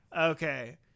Okay